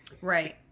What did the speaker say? Right